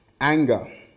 anger